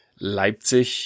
Leipzig